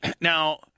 now